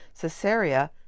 Caesarea